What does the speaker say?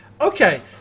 Okay